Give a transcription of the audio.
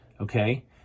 Okay